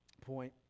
point